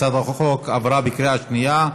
הצעת החוק עברה בקריאה שנייה.